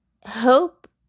hope